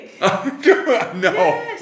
No